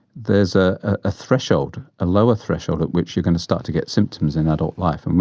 there is a ah threshold, a lower threshold at which you're going to start to get symptoms in adult life. and